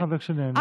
ככה זה כשנהנים.